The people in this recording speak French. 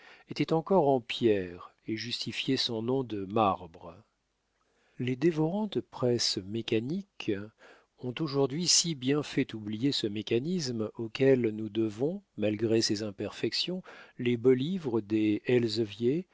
était encore en pierre et justifiait son nom de marbre les dévorantes presses mécaniques ont aujourd'hui si bien fait oublier ce mécanisme auquel nous devons malgré ses imperfections les beaux livres des